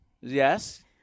Yes